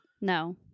No